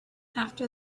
after